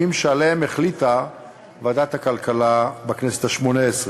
שעליהם החליטה ועדת הכלכלה בכנסת השמונה-עשרה.